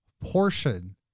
portion